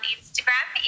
Instagram